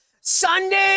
Sunday